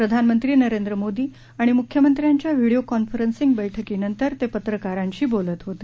प्रधानमंत्री नरेंद्र मोदी आणि मुख्यमंत्र्यांच्या व्हिडिओ कॉन्फरन्सिंग बैठकीनंतर ते पत्रकारांशी बोलत होते